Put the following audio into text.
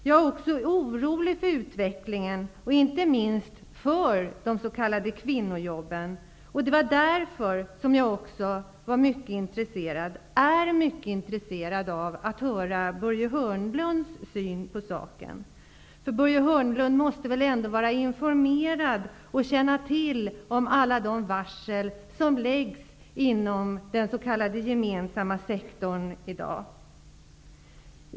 Jag är också orolig för utvecklingen för inte minst de s.k. kvinnojobben, och det är också därför som jag också är mycket intresserad av att höra Börje Hörnlunds uppfattning om saken. Börje Hörnlund måste känna till alla de varsel som i dag finns utlagda inom den s.k. gemensamma sektorn.